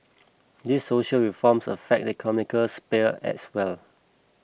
these social reforms affect the economic sphere as well